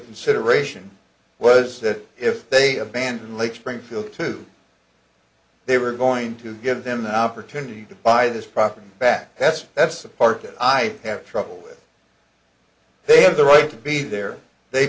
consideration was that if they abandoned lake springfield to they were going to give them the opportunity to buy this property back that's that's the part that i have trouble with they have the right to be there they